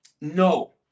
No